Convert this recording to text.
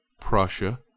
Prussia